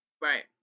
Right